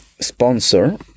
sponsor